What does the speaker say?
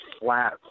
flat